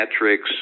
metrics